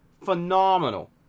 Phenomenal